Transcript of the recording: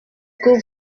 que